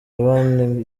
bene